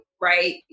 right